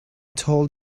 told